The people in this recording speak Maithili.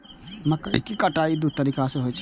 मकइ केर कटाइ दू तरीका सं होइ छै